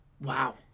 Wow